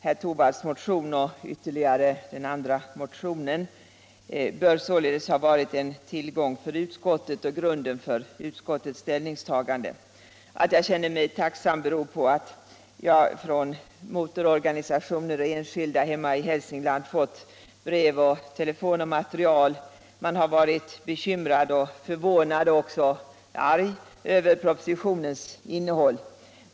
Herr Torwalds motion och ytterligare den andra motionen bör således ha varit en tillgång för utskottet och utgjort grunden för utskottets ställningstagande. Att jag känner mig tacksam beror också på att jag från motororganisationer och enskilda hemma i Hälsingland fått brev och telefonsamtal och en del material som visat att man har varit bekymrad — och även förvånad och arg — över propositionens innehåll.